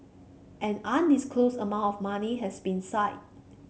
an undisclosed amount of money has been seized